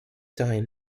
time